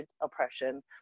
oppression